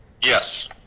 Yes